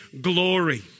glory